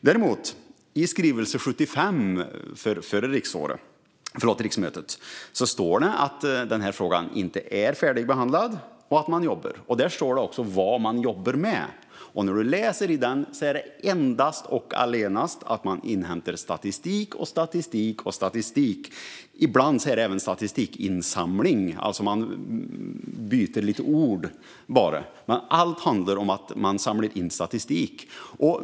Däremot står det i skrivelse 75 från förra riksmötet att den här frågan inte är färdigbehandlad och att man jobbar. Där står det också vad man jobbar med, och när man läser det ser man att det endast är med att inhämta statistik och statistik och statistik. Ibland är det även med statistikinsamling. Man byter ord, bara, men allt handlar om att samla in statistik.